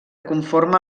conforma